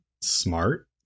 smart